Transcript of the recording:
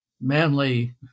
manly